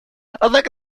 однако